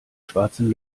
schwarzen